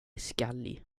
skallig